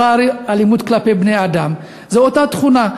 מחר, אלימות כלפי בני-אדם, זו אותה תכונה.